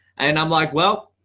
and i'm like, well,